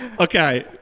Okay